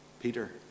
Peter